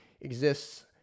exists